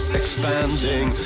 expanding